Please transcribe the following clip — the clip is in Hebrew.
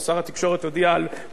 ימונה שר תקשורת חדש,